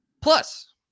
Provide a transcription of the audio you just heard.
Plus